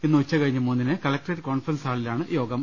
ഇന്ന് ഉച്ചകഴിഞ്ഞ് മൂന്നിന് കലക്ട്രേറ്റ് കോൺഫറൻസ് ഹാളിലാണ് യോഗം